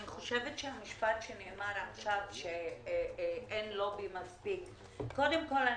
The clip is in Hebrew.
אני חושבת שהמשפט שנאמר עכשיו שאין מספיק לובי קודם כל,